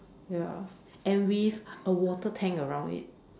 ya and with a water tank around it